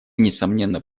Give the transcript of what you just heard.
несомненно